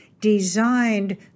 designed